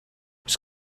oes